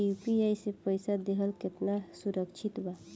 UPI से पईसा देहल केतना सुरक्षित बा?